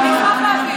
אני אשמח להבין.